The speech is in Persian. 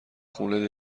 خونه